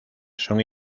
son